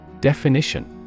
Definition